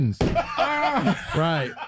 Right